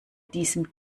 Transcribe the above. diesem